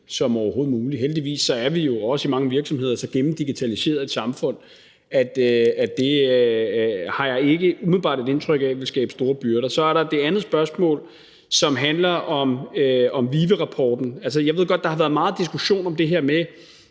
som overhovedet muligt. Heldigvis er vi jo også i forhold til mange virksomheder så gennemdigitaliseret et samfund, at jeg ikke umiddelbart har et indtryk af, at det vil skabe store byrder. Så er der det andet spørgsmål, som handler om VIVE-rapporten. Altså, jeg ved godt, der har været meget diskussion om det her,